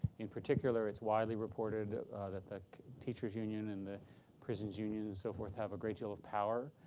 in particular, it's widely reported that the teachers' union and the prisons union and so forth have a great deal of power.